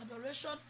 adoration